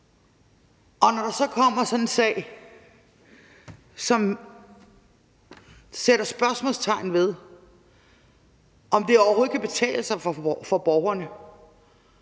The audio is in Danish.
Og når der så kommer sådan en sag, som sætter spørgsmålstegn ved, om det overhovedet kan betale sig for borgerne